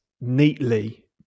neatly